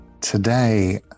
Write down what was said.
today